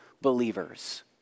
believers